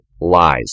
lies